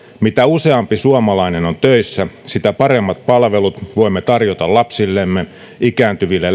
mitä useampi suomalainen on töissä sitä paremmat palvelut voimme tarjota lapsillemme ikääntyville